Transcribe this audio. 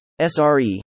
SRE